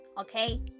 okay